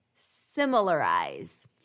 similarize